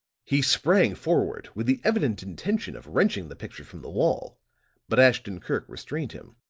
he sprang forward with the evident intention of wrenching the picture from the wall but ashton-kirk restrained him.